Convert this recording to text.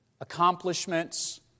accomplishments